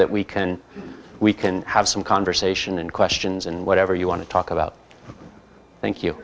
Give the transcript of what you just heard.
that we can we can have some conversation and questions and whatever you want to talk about thank you